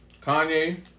Kanye